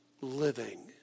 living